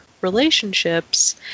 relationships